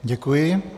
Děkuji.